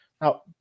Now